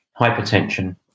hypertension